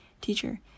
Teacher